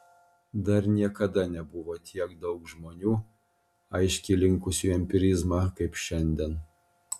dar niekada nebuvo tiek daug žmonių aiškiai linkusių į empirizmą kaip šiandien